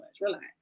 Relax